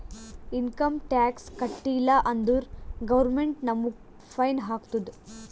income tax ಕಟ್ಟೀಲ ಅಂದುರ್ government ನಮುಗ್ ಫೈನ್ ಹಾಕ್ತುದ್